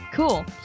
Cool